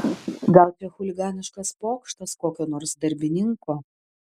gal čia chuliganiškas pokštas kokio nors darbininko